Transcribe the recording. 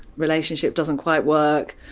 relationship doesn't quite work,